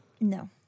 No